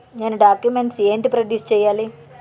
నేను డాక్యుమెంట్స్ ఏంటి ప్రొడ్యూస్ చెయ్యాలి?